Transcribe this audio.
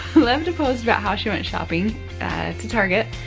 loved to post about how she went shopping to target,